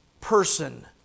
person